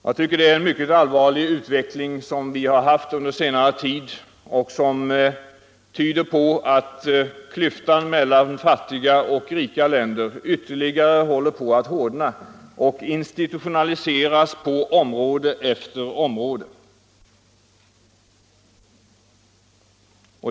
Jag tycker att det har varit en mycket allvarlig utveckling under senare tid som tyder på att klyftan mellan fattiga och rika länder ytterligare håller på att vidgas och institutionaliseras på område efter område.